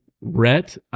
Rhett